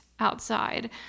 outside